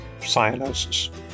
cyanosis